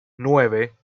nueve